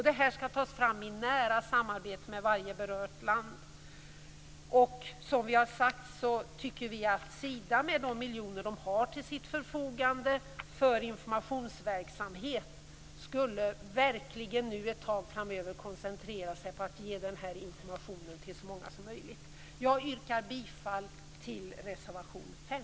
Det skall tas fram i nära samarbete med varje berört land. Vi tycker att Sida, med de miljoner som finns till förfogande för informationsverksamhet, skall koncentrera sig på att ge informationen till så många som möjligt. Jag yrkar bifall till reservation 5.